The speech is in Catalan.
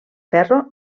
ferro